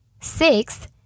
Six